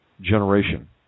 generation